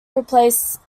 replaces